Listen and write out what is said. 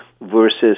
versus